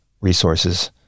resources